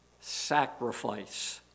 sacrifice